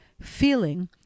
feeling